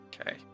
okay